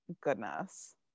goodness